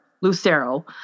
Lucero